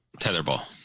tetherball